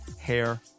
Hair